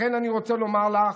לכן אני רוצה לומר לך,